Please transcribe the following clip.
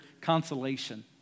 consolation